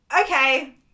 Okay